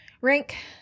rank